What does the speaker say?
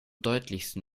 deutlichsten